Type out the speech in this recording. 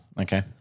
Okay